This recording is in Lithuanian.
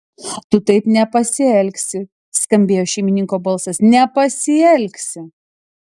tu taip nepasielgsi skambėjo šeimininko balsas nepasielgsi